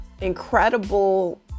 incredible